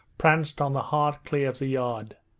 pranced on the hard clay of the yard.